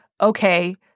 Okay